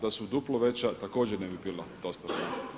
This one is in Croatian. Da su duplo veća također ne bi bila dostatna.